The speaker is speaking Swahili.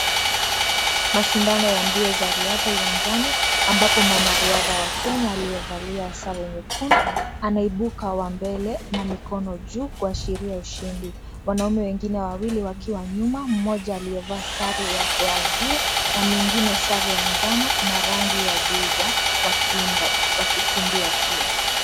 Mashindano ya mbio za riadha uwanjani ambapo mwanariadha wa Kenya aliyevalia sare nyekundu anaibuka wa mbele na mikono juu kuashiria ushindi. Wanaume wengine wawili wakiwa nyuma, mmoja aliyevaa sare ya Brazil na mwingine sare ya njano na rangi ya giza wakikimbia pia.